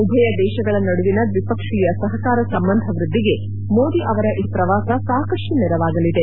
ಉಭಯ ದೇಶಗಳ ನಡುವಿನ ದ್ವಿಪಕ್ಷೀಯ ಸಹಕಾರ ಸಂಬಂಧ ವೃದ್ವಿಗೆ ಮೋದಿ ಅವರ ಈ ಪ್ರವಾಸ ಸಾಕಷ್ಟು ನೆರವಾಗಲಿದೆ